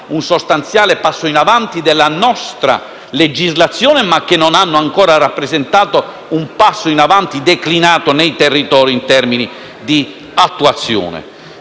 un sostanziale passo in avanti della nostra legislazione, ma che non hanno ancora rappresentato un passo avanti declinato nei territori in termini di attuazione.